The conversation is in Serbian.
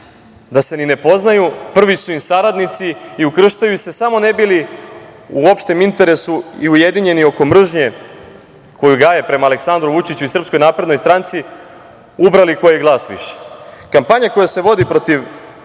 da se ni ne poznaju, prvi su im saradnici i ukrštaju se samo ne bi li u opštem interesu i ujedinjeni oko mržnje koju gaje prema Aleksandru Vučiću i SNS ubrali koji glas više. Kampanja koja se vodi protiv